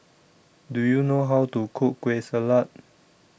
Do YOU know How to Cook Kueh Salat